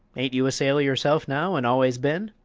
ain't you a sailor yourself now, and always been?